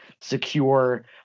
secure